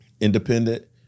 independent